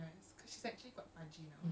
yes so how did it go